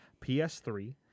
PS3